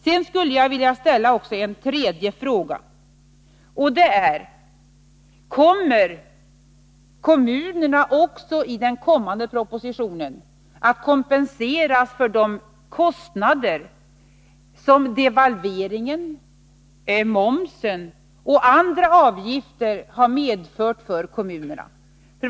Sedan skulle jag vilja ställa också en tredje fråga, och det är: Kommer kommunerna i den kommande propositionen att kompenseras för de kostnader som devalveringen, momshöjningen och andra avgifter har medfört för kommunerna?